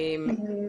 בוקר טוב.